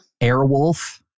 Airwolf